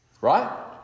Right